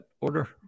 order